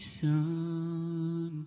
son